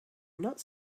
not